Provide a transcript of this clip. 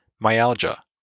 myalgia